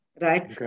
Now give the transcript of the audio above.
right